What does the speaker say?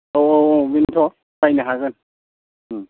औ औ औ बेनोथ' बायनो हागोन